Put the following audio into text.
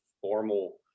formal